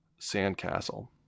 sandcastle